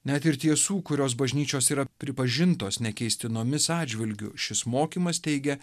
net ir tiesų kurios bažnyčios yra pripažintos nekeistinomis atžvilgiu šis mokymas teigia